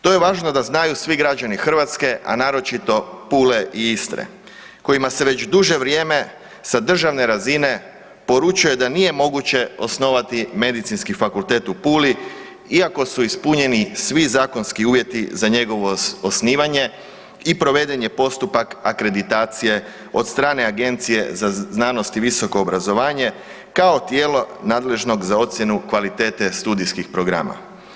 To je važno da znaju svi građani Hrvatske, a naročito Pule i Istre kojima se već duže vrijeme sa državne razine poručuje da nije moguće osnovati Medicinski fakultet u Puli iako su ispunjeni svi zakonski uvjeti za njegovo osnivanje i provedenih je postupak akreditacije od strane Agencije za znanost i visoko obrazovanje kao tijelo nadležno za ocjenu kvalitete studijskih programa.